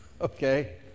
okay